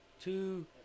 two